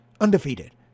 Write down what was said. Undefeated